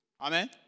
Amen